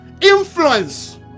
influence